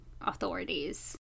authorities